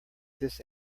this